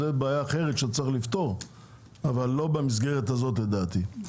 זאת בעיה אחרת שצריך לפתור אבל לא במסגרת הזאת לדעתי.